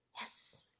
yes